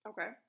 Okay